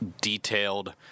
detailed